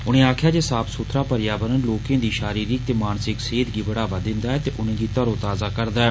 उनें आक्खेआ जे साफ सुथराई पर्यावरण लोकें दी षारीरिक ते मानसिक सेहत गी बढ़ावा दिन्दा ऐ ते उनेंगी तरोताजा करदा ऐ